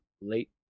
late